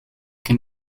que